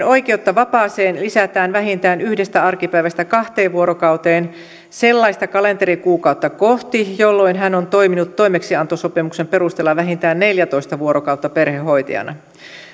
oikeutta vapaaseen lisätään vähintään yhdestä arkipäivästä kahteen vuorokauteen sellaista kalenterikuukautta kohti jolloin hän on toiminut toimeksiantosopimuksen perusteella vähintään neljätoista vuorokautta perhehoitajana